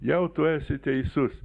jau tu esi teisus